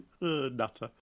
Nutter